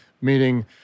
meaning